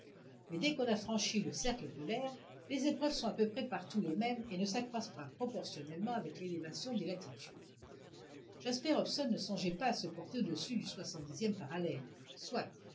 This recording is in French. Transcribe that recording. mais dès qu'on a franchi le cercle polaire les épreuves sont à peu près partout les mêmes et ne s'accroissent pas proportionnellement avec l'élévation des latitudes jasper hobson ne songeait pas à se porter au-dessus du soixante dixième parallèle soit